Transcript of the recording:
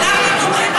אבל אנחנו תומכים.